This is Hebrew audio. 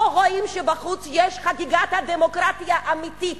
לא רואים שבחוץ יש חגיגת דמוקרטיה אמיתית.